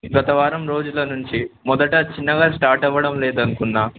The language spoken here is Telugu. గత వారం రోజుల నుంచి మొదట చిన్నగా స్టార్ట్ అవ్వడం లేదు అనుకున్నాను